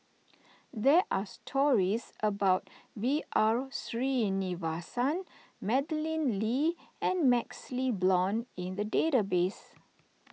there are stories about B R Sreenivasan Madeleine Lee and MaxLe Blond in the database